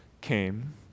came